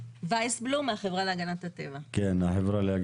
וייסבלום מהחברה להגנת הטבע בבקשה.